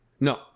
No